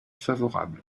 favorable